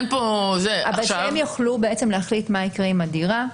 הם יוכלו להחליט מה יקרה עם הדירה,